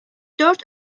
dört